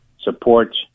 support